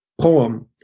poem